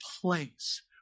place